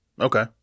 Okay